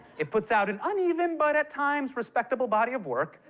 it puts out an uneven, but at times respectable, body of work,